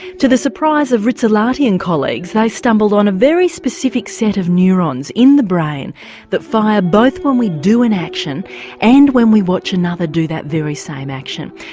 to the surprise of rizzolatti and colleagues they stumbled on a very specific set of neurons in the brain that fire both when we do an action and when we watch another do that very same action.